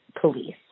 police